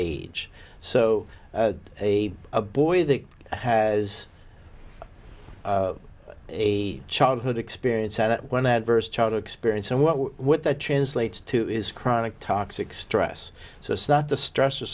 age so a a boy that has a childhood experience that when adverse child experience and what what that translates to is chronic toxic stress so it's not the stress